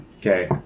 Okay